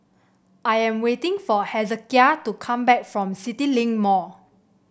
I am waiting for Hezekiah to come back from CityLink Mall